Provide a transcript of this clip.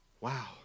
Wow